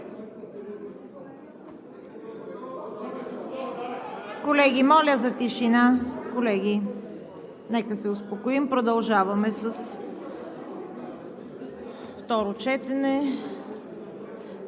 Колеги, моля за тишина! Нека да се успокоим. Продължаваме с второ четене